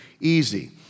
easy